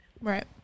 right